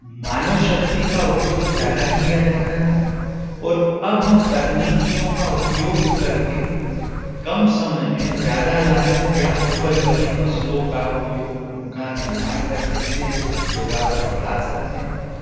मानव शक्ति का उपयोग ज़्यादा किया जाता था और अब हम तकनीकियों का उपयोग कर के कम समय में ज़्यादा लागत या उपज वाली फसलों का उपयोग उनका निर्माण कर सकते हैं पैदावार बढ़ा सकते हैं